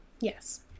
Yes